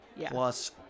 Plus